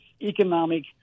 economic